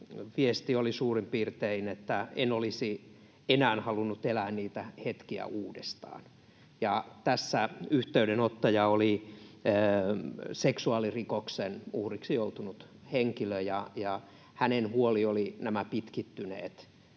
viesti oli suurin piirtein se, että en olisi enää halunnut elää niitä hetkiä uudestaan, ja tässä yhteydenottaja oli seksuaalirikoksen uhriksi joutunut henkilö. Hänen huolensa oli pitkittynyt